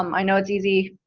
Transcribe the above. um i know it's easy,